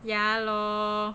ya lor